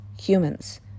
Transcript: humans